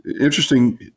interesting